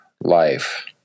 life